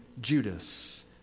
Judas